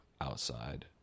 outside